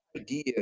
idea